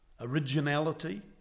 Originality